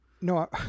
No